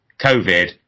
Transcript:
COVID